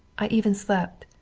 i even slept.